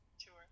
Sure